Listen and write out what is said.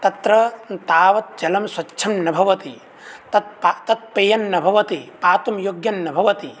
तत्र तावत् जलं स्वच्छं न भवति तत् पातप् पेयं न भवति पातुं योग्यं न भवति